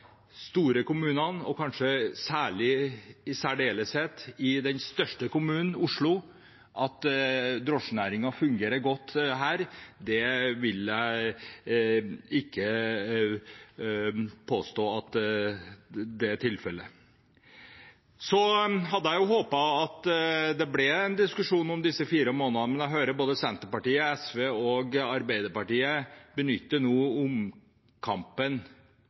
i særdeleshet ikke i den største kommunen, Oslo. At drosjenæringen fungerer godt her, vil jeg ikke påstå er tilfellet. Jeg hadde jo håpet at det ble en diskusjon om disse fire månedene, men jeg hører at både Senterpartiet, SV og Arbeiderpartiet nå benytter omkampen